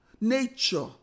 nature